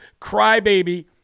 crybaby